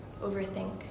overthink